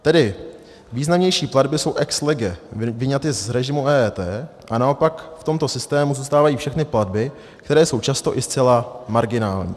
Tedy významnější platby jsou ex lege vyňaty z režimu EET a naopak v tomto systému zůstávají všechny platby, které jsou často i zcela marginální.